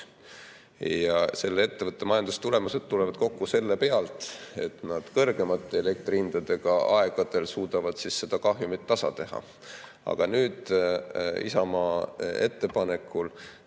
Ja selle ettevõtte majandustulemused tulevad kokku selle pealt, et nad kõrgemate elektrihindadega aegadel suudavad seda kahjumit tasa teha. Aga nüüd Isamaa ettepanekul